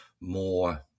more